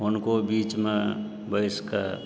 हुनको बीचमे बैसिकऽ